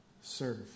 serve